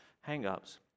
hang-ups